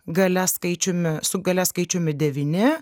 gale skaičiumi su gale skaičiumi devyni